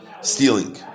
stealing